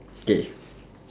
K